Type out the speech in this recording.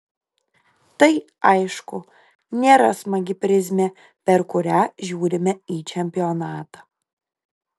tai aišku nėra smagi prizmė per kurią žiūrime į čempionatą